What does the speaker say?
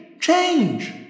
change